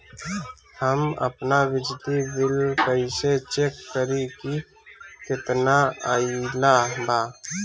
हम आपन बिजली बिल कइसे चेक करि की केतना आइल बा?